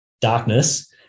darkness